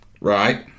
right